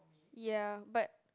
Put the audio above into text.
ya but